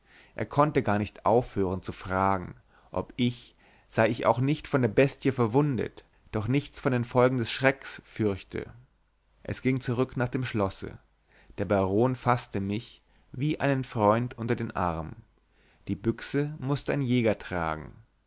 er konnte gar nicht aufhören zu fragen ob ich sei ich auch nicht von der bestie verwundet doch nichts von den folgen des schrecks fürchte es ging zurück nach dem schlosse der baron faßte mich wie einen freund unter den arm die büchse mußte ein jäger tragen